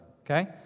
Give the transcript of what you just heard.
Okay